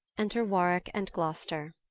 enter warwick and gloucester.